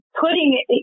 putting